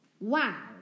Wow